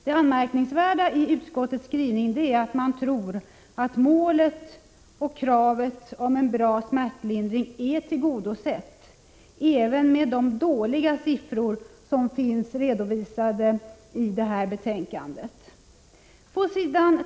Det anmärkningsvärda i utskottets skrivning är att man tror att målet för och kravet på en bra smärtlindring är tillgodosedda även med de dåliga siffror som finns redovisade i betänkandet. Pås.